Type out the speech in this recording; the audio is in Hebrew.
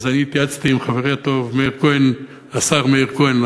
אז אני התייעצתי עם חברי הטוב השר מאיר כהן,